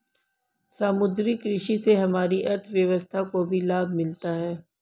समुद्री कृषि से हमारी अर्थव्यवस्था को भी लाभ मिला है